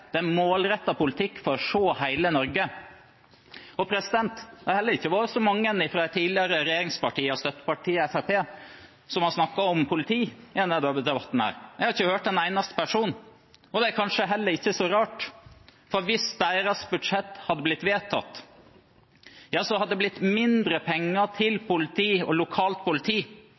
Det er målrettet politikk for å se hele Norge. Det har heller ikke vært så mange fra de tidligere regjeringspartiene og støttepartiet Fremskrittspartiet som har snakket om politi i denne debatten. Jeg har ikke hørt en eneste person. Det er kanskje heller ikke så rart, for hvis deres budsjett hadde blitt vedtatt, hadde det blitt mindre penger til politi og lokalt politi.